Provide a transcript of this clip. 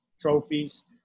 trophies